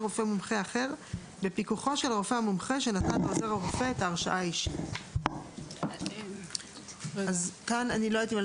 רופא מומחה הרשאה אישית לעוזר רופא אלא לאחר